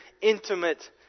intimate